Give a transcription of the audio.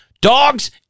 dogs